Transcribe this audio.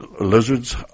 Lizards